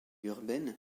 urbaine